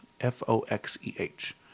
F-O-X-E-H